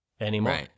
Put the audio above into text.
anymore